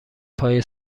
پای